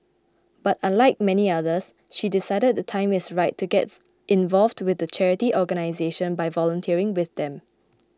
but unlike many others she decided the time is ripe to get involved with the charity organisation by volunteering with them